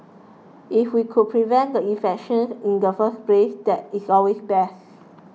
if we could prevent the infection in the first place that is always best